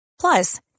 Plus